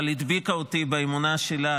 אבל היא הדביקה אותי באמונה שלה,